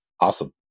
Awesome